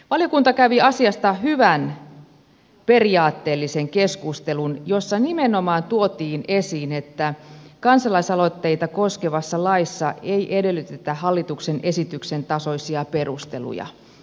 valiokunta kävi asiasta hyvän periaatteellisen keskustelun jossa nimenomaan tuotiin esiin että kansalaisaloitteita koskevassa laissa ei edellytetä hallituksen esityksen tasoisia perusteluja